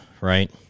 right